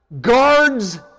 guards